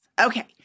Okay